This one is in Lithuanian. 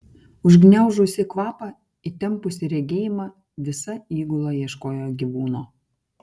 užgniaužusi kvapą įtempusi regėjimą visa įgula ieškojo gyvūno